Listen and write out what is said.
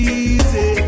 easy